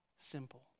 simple